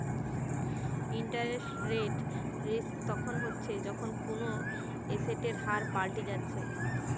interest rate risk তখন হচ্ছে যখন কুনো এসেটের হার পাল্টি যাচ্ছে